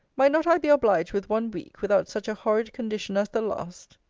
might not i be obliged with one week, without such a horrid condition as the last?